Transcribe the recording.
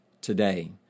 today